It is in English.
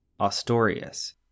Astorius